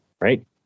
right